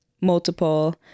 multiple